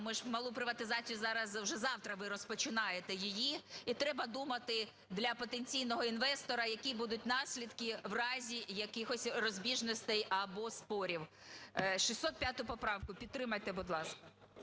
ми ж малу приватизацію зараз, вже завтра ви розпочинаєте її і треба думати для потенційного інвестора, які будуть наслідки в разі якихось розбіжностей або спорів. 605 поправку, підтримайте, будь ласка.